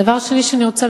דבר שני שאני רוצה,